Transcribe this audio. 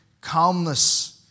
calmness